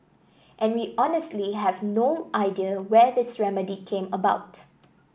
and we honestly have no idea where this remedy came about